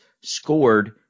scored